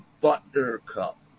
buttercup